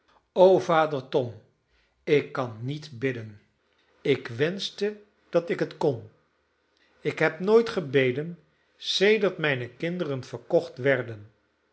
vader tom ik kan niet bidden ik wenschte dat ik het kon ik heb nooit gebeden sedert mijne kinderen verkocht werden